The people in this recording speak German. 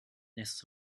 nächstes